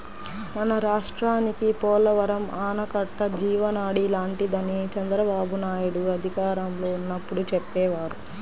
మన రాష్ట్రానికి పోలవరం ఆనకట్ట జీవనాడి లాంటిదని చంద్రబాబునాయుడు అధికారంలో ఉన్నప్పుడు చెప్పేవారు